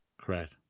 Correct